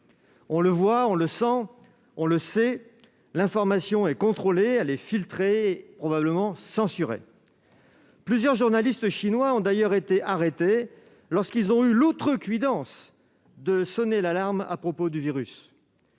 On le voit, on le sent, on le sait, l'information est contrôlée, filtrée et probablement censurée. Plusieurs journalistes chinois ont d'ailleurs été arrêtés lorsqu'ils ont eu l'outrecuidance de sonner l'alarme à propos du virus.